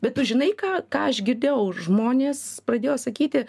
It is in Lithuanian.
bet tu žinai ką ką aš girdėjau žmonės pradėjo sakyti